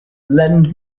lend